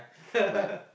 but